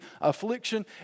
affliction